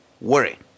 worry